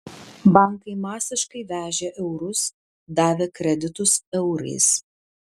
bankai masiškai vežė eurus davė kreditus eurais